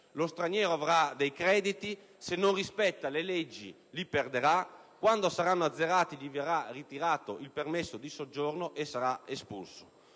Lo straniero avrà dei crediti; se non rispetta le leggi li perderà e quando questi saranno azzerati gli verrà ritirato il permesso di soggiorno e sarà espulso.